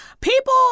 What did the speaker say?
People